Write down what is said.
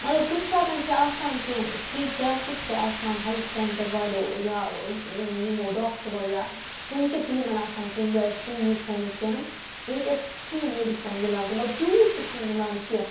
مگر کُنہِ ساتہٕ چھِ آسان کینٛہہ فری کٮ۪مپٕس تہِ آسان ہٮ۪لٕتھ سٮ۪نٹَر والیو یا یِمو ڈاکٹَرو یا کُنہِ تہِ ٹیٖمَن آسان کُنہِ جایہِ فِری یہِ تھوٚمُت کٮ۪مپ ییٚتہِ اسہِ فِری مٮ۪ڈِسَن مِلان چھِ مطلب تیوٗت تہِ چھِنہٕ مِلان کینٛہہ